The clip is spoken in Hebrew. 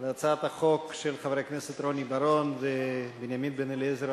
על הצעת החוק של חברי הכנסת רוני בר-און ובנימין בן-אליעזר,